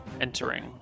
entering